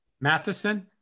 Matheson